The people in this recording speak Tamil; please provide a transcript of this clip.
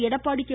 எடப்பாடி கே